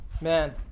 Man